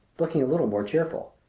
looking a little more cheerful.